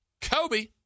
Kobe